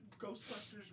Ghostbusters